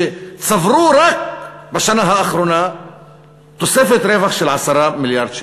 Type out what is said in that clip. שצברו רק בשנה האחרונה תוספת רווח של 10 מיליארד שקל.